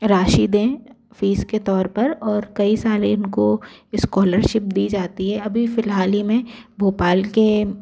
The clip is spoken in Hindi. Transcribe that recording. राशि दें फीस के तौर पर और कई सारे इनको इस्कॉलरशिप दी जाती है अभी फिलहाल ही में भोपाल के